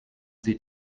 sie